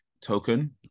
token